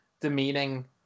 demeaning